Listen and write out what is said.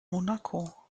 monaco